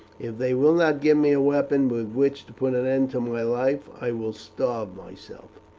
if they will not give me a weapon with which to put an end to my life, i will starve myself.